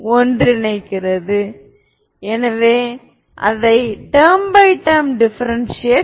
அவை காம்ப்ளெக்ஸ் ஆக இருந்தால் அவை லீனியர்லி இன்டெபேன்டென்ட்